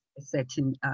certain